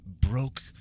broke